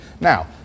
Now